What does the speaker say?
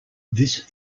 this